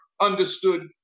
understood